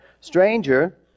stranger